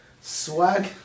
swag